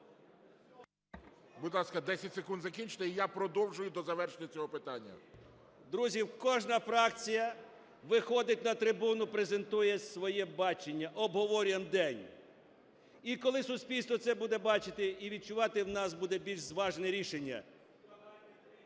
Друзі, кожна фракція виходить на трибуну, презентує своє бачення, обговорюємо день. І коли суспільство це буде бачити і відчувати, в нас буде більш зважене рішення...